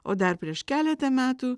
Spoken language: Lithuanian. o dar prieš keletą metų